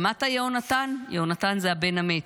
שמעת, יהונתן?" יהונתן זה הבן המת.